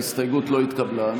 ההסתייגות לא התקבלה.